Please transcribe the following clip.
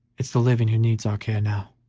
it's the living who needs our care now.